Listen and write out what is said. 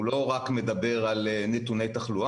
הוא לא רק מדבר על נתוני תחלואה,